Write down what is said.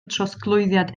trosglwyddiad